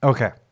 Okay